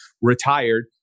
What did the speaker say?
retired